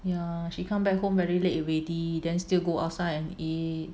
ya she come back home very late already then still go outside and eat